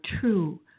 true